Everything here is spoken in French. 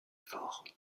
fort